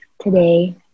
today